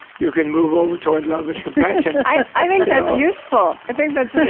you can move over toward love and compassion i think that's useful. i think that's really